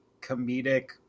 comedic